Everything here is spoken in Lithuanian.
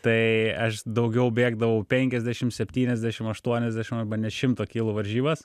tai aš daugiau bėgdavau penkiasdešimt septyniasdešimt aštuoniasdešimt arba net šimto kilų varžybas